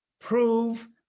prove